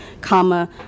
comma